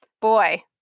boy